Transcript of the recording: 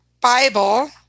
Bible